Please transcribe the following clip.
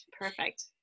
Perfect